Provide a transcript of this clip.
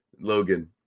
Logan